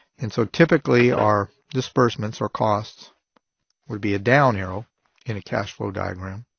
and so typically our disbursements or costs would be a down arrow in a cash flow diagram.